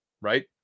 right